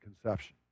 conception